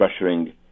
pressuring